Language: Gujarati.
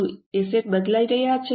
શું એસેટ બદલાઈ રહી છે